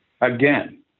Again